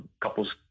couple's